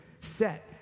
set